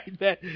right